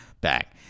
back